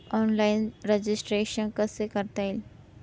Online registration कसे करता येईल?